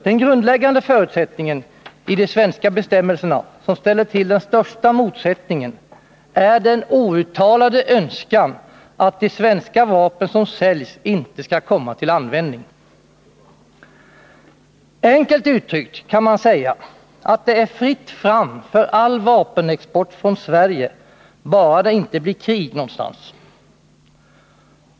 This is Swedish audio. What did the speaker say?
Den grundläggande förutsättning i de svenska bestämmelserna som ställer till den största motsättningen är den outtalade önskan att de svenska vapen som säljs inte skall komma till användning. Enkelt uttryckt kan man säga att det är fritt fram för all vapenexport från Sverige bara det inte blir krig någonstans.